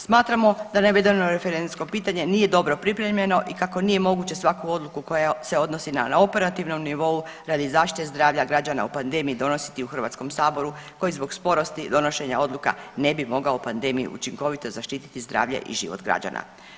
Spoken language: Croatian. Smatramo da navedeno referendumsko pitanje nije dobro pripremljeno i kako nije moguće svaku odluku koja se donosi na operativnom nivou radi zaštite zdravlja građana u pandemiji donositi u Hrvatskom saboru koji zbog sporosti donošenja odluka ne bi mogao pandemiju učinkovito zaštititi zdravlje i život građana.